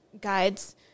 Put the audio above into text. guides